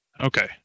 Okay